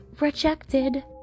rejected